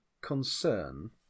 concern